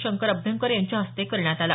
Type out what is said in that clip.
शंकर अभ्यंकर यांच्या हस्ते करण्यात आला